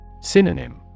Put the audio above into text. Synonym